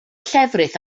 llefrith